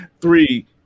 three